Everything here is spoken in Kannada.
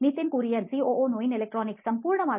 ನಿತಿನ್ ಕುರಿಯನ್ ಸಿಒಒ ನೋಯಿನ್ ಎಲೆಕ್ಟ್ರಾನಿಕ್ಸ್ ಸಂಪೂರ್ಣವಾಗಿ